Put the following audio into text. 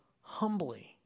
humbly